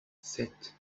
sept